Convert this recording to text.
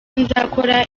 nzakora